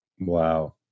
Wow